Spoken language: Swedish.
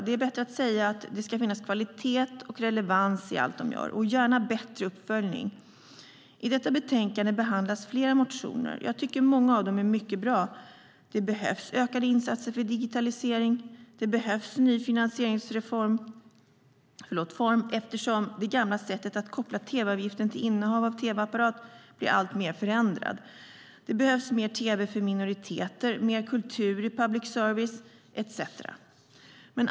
Det är bättre att säga att det ska finnas kvalitet och relevans i allt de gör, och gärna bättre uppföljning. I detta betänkande behandlas flera motioner. Jag tycker att många av dem är mycket bra. Det behövs ökade insatser för digitalisering. Det behövs en ny finansieringsform eftersom det gamla sättet att koppla tv-avgiften till innehav av tv-apparat blir alltmer förändrad. Det behövs mer tv för minoriteter, mer kultur i public service etcetera.